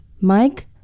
Mike